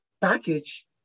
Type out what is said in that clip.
package